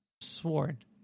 Sword